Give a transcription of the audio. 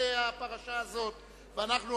התשס"ט 2009, נתקבלה.